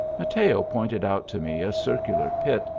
mateo pointed out to me a circular pit,